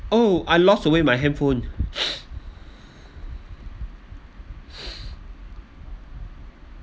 oh I lost away my handphone